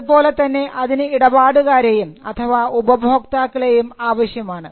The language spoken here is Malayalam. അതുപോലെതന്നെ അതിന് ഇടപാടുകാരെയും അഥവാ ഉപഭോക്താക്കളെയും ആവശ്യമാണ്